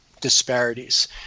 disparities